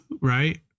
Right